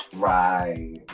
Right